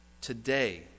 Today